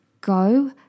go